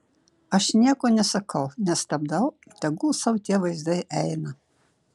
aš nieko nesakau nestabdau tegul sau tie vaizdai eina